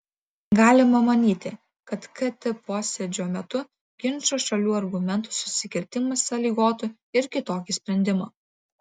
galima manyti kad kt posėdžio metu ginčo šalių argumentų susikirtimas sąlygotų ir kitokį sprendimą